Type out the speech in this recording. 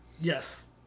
yes